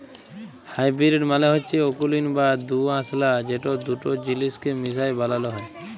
hybrid মালে হচ্যে অকুলীন বা দুআঁশলা যেট দুট জিলিসকে মিশাই বালালো হ্যয়